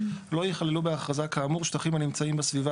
לא יכללו בהכרזה כאמור שטחים הנמצאים בסביבה